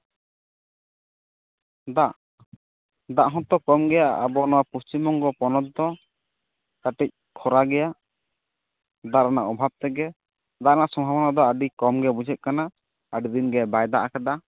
ᱫᱟᱜ ᱫᱟᱜ ᱦᱚᱸᱛᱚ ᱠᱚᱢ ᱜᱮᱭᱟ ᱟᱵᱚ ᱱᱚᱣᱟ ᱯᱚᱥᱪᱷᱤᱢ ᱵᱚᱝᱜᱚ ᱯᱚᱱᱚᱛ ᱫᱚ ᱠᱟᱹᱴᱤᱡ ᱠᱷᱚᱨᱟ ᱜᱮᱭᱟ ᱫᱟᱜ ᱨᱮᱱᱟᱜ ᱚᱵᱷᱟᱵ ᱛᱮᱜᱮ ᱫᱟᱜ ᱨᱮᱱᱟᱜ ᱥᱚᱢᱵᱷᱟᱵᱚᱱᱟ ᱫᱚ ᱟᱹᱰᱤ ᱠᱚᱢ ᱜᱮ ᱵᱩᱡᱷᱟᱹᱜ ᱠᱟᱱᱟ ᱟᱹᱰᱤ ᱫᱤᱱ ᱜᱮ ᱵᱟᱭ ᱫᱟᱜ ᱠᱟᱫᱟ